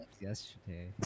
Yesterday